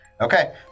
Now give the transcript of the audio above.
Okay